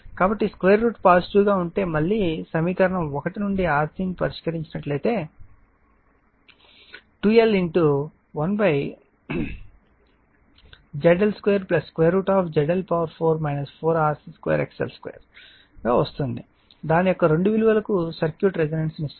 కాబట్టి 2 √ పాజిటివ్ గా ఉంటే మళ్ళీ సమీకరణం 1 నుండి RC ను పరిష్కరించి నట్లయితే 2L 1 ZL2 ZL4 4 RC2 XL2 గా వస్తుంది దాని యొక్క రెండు విలువలకు సర్క్యూట్ రెసోనన్స్ ని ఇస్తుంది